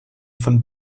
von